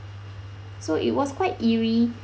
so it was quite eerie